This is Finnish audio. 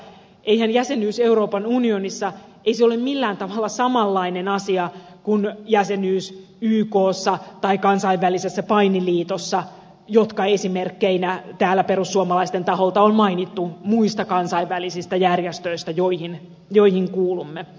eihän jäsenyys euroopan unionissa ole millään lailla samanlainen asia kuin jäsenyys ykssa tai kansainvälisessä painiliitossa jotka esimerkkeinä täällä perussuomalaisten taholta on mainittu muista kansainvälisistä järjestöistä joihin kuulumme